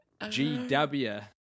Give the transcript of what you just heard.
GW